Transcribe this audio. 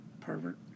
pervert